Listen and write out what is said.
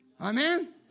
amen